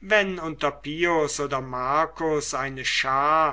wenn unter pius oder marcus eine schar